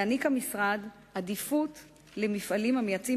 יעניק המשרד עדיפות למפעלים המייצאים